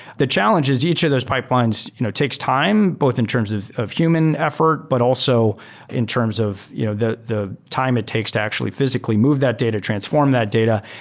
the challenge is each of those pipelines you know takes time both in terms of of human effort, but also in terms of you know the the time it takes to actually physically move that data, transform that data,